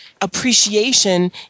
appreciation